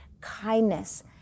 kindness